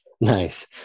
Nice